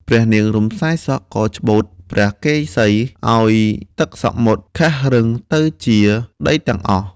ព្រះនាង រំសាយសក់ ក៏ច្បូតព្រះកេសី ឲ្យទឹកសមុទ្រខៈរឹងទៅជាដីទាំងអស់ ។